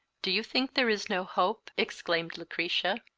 do you think there is no hope? exclaimed lucretia.